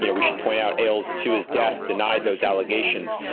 you know we should point out, ailes to his death denied those allegations.